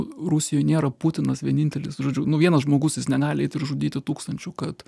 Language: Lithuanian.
rusijoj nėra putinas vienintelis žodžiu nu vienas žmogus jis negali eit ir žudyti tūkstančių kad